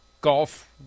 golf